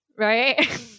Right